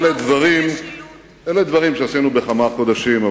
אלה דברים שעשינו בכמה חודשים,